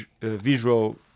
visual